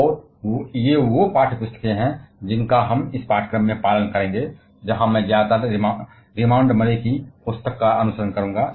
और ये पाठ्य पुस्तकें हैं जिनका हम इस पाठ्यक्रम में अनुसरण करेंगे जहाँ मैं ज्यादातर रिमांड मरे की पुस्तक का अनुसरण करूंगा